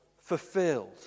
fulfilled